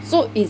so is